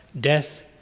death